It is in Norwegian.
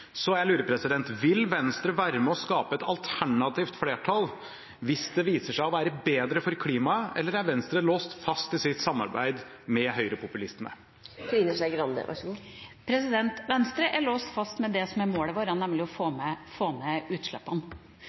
Så jeg lurer: Vil Venstre være med og skape et alternativt flertall hvis det viser seg å være bedre for klima, eller er Venstre låst fast i sitt samarbeid med høyrepopulistene? Venstre er låst fast til det som er målet vårt, nemlig å få ned utslippene.